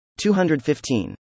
215